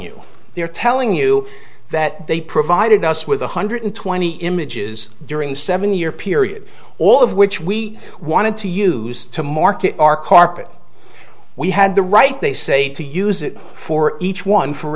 you they are telling you that they provided us with one hundred twenty images during the seven year period all of which we wanted to use to market our carpet we had the right they say to use it for each one for